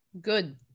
good